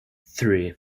three